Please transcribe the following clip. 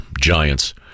Giants